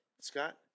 Scott